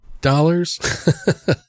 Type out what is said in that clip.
dollars